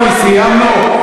חברת הכנסת מיכל רוזין, סיימנו.